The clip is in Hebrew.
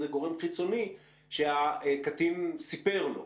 זה גורם חיצוני שהקטין סיפר לו,